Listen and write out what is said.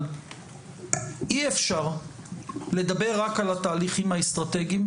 אי אפשר לדבר רק על התהליכים האסטרטגיים